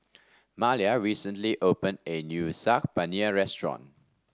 Malia recently opened a new Saag Paneer Restaurant